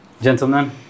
Gentlemen